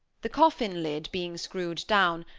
the coffin-lid being screwed down,